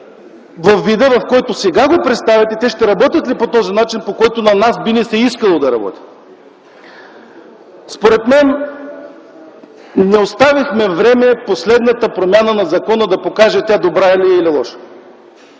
във вида, в който сега ги представяте, те ще работят ли по начина, по който на нас би ни се искало да работят? Според мен не оставихме време последната промяна на закона да покаже дали е добра или лоша.